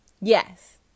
Yes